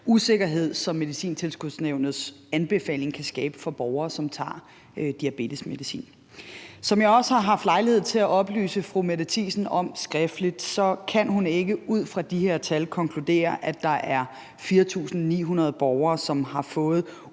usikkerhed, som Medicintilskudsnævnets anbefaling kan skabe for borgere, som tager diabetesmedicin. Som jeg også har haft lejlighed til at oplyse fru Mette Thiesen om skriftligt, kan hun ikke ud fra de her tal konkludere, at der er 4.900 borgere, som har fået